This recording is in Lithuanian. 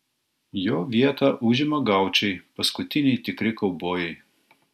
jo vietą užima gaučai paskutiniai tikri kaubojai